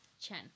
Chen